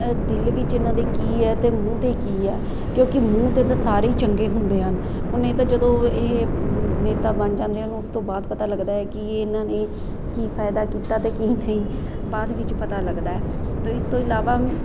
ਦਿਲ ਵਿੱਚ ਇਹਨਾਂ ਦੇ ਕੀ ਹੈ ਅਤੇ ਮੂੰਹ 'ਤੇ ਕੀ ਆ ਕਿਉਂਕਿ ਮੂੰਹ 'ਤੇ ਤਾਂ ਸਾਰੇ ਹੀ ਚੰਗੇ ਹੁੰਦੇ ਹਨ ਹੁਣ ਇਹ ਤਾਂ ਜਦੋਂ ਇਹ ਨੇਤਾ ਬਣ ਜਾਂਦੇ ਹਨ ਉਸ ਤੋਂ ਬਾਅਦ ਪਤਾ ਲੱਗਦਾ ਹੈ ਕਿ ਇਹਨਾਂ ਨੇ ਕੀ ਫਾਇਦਾ ਕੀਤਾ ਅਤੇ ਕੀ ਨਹੀਂ ਬਾਅਦ ਵਿੱਚ ਪਤਾ ਲੱਗਦਾ ਤੋ ਇਸ ਤੋਂ ਇਲਾਵਾ